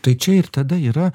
tai čia ir tada yra